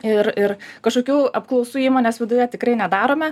ir ir kažkokių apklausų įmonės viduje tikrai nedarome